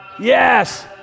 Yes